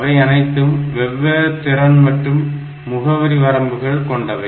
அவையனைத்தும் வெவ்வேறு திறன்கள் மற்றும் முகவரி வரம்புகள் கொண்டவை